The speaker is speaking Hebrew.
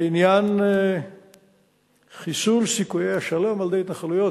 לעניין חיסול סיכויי השלום על-ידי התנחלויות,